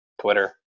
Twitter